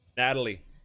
Natalie